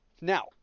Now